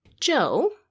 Joe